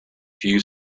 few